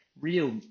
real